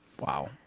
Wow